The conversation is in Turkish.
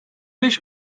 beş